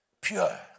Pure